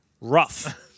Rough